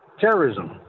Terrorism